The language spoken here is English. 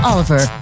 Oliver